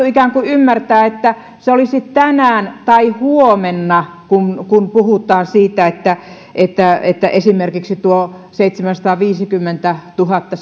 ikään kuin ymmärtää että se olisi tänään tai huomenna kun kun puhutaan siitä että että esimerkiksi tuo seitsemänsataaviisikymmentätuhatta